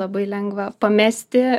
labai pamesti